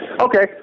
Okay